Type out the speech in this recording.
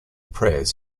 prayers